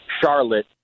Charlotte